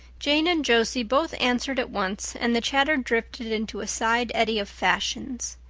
jane and josie both answered at once and the chatter drifted into a side eddy of fashions.